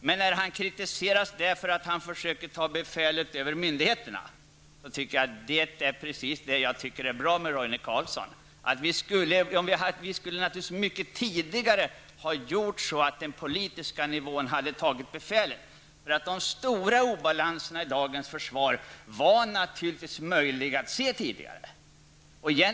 Roine Carlsson kritiseras på grund av att han försöker ta befälet över myndigheterna, men det är precis vad jag tycker är bra med honom. Vi skulle naturligtvis mycket tidigare ha sett till att befälet hade tagits på den politiska nivån. De stora obalanserna i dagens försvar var naturligtvis möjliga att se redan tidigare.